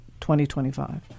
2025